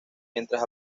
mientras